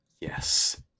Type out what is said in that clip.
Yes